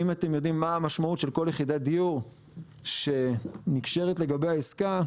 אם אתם יודעים מה המשמעות של כל יחידת דיור שנקשרת לגבי העסקה,